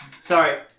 Sorry